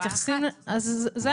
אז זה החייב.